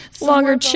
longer